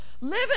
living